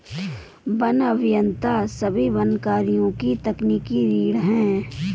one अभियंता सभी वन कार्यों की तकनीकी रीढ़ हैं